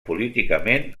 políticament